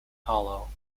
hollow